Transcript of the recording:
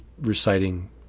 reciting